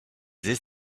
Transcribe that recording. this